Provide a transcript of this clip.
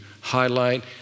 highlight